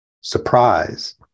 surprise